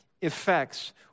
effects